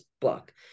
book